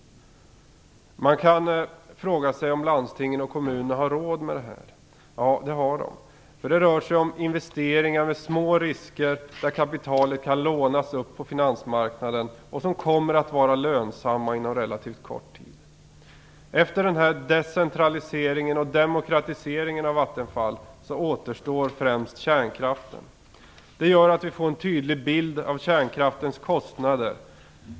Man kan fråga sig om landstingen och kommunerna har råd med detta. Det har de. Det rör sig om investeringar med små risker där kapitalet kan lånas upp på finansmarknaden. Dessa investeringar kommer att vara lönsamma inom en relativt kort tid. Efter den här decentraliseringen och demokratiseringen av Vattenfall återstår främst kärnkraften. Det gör att vi får en tydlig bild av kärnkraftens kostnader.